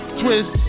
twist